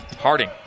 Harding